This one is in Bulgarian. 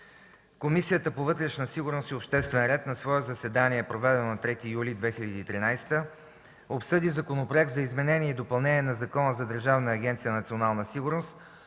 Комисията по вътрешна сигурност и обществен ред на свое заседание, проведено на 3 юли 2013 г., обсъди Законопроект за изменение и допълнение на Закона за Държавна агенция „Национална сигурност”,